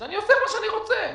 אני עושה מה שאני רוצה,